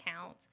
count